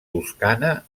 toscana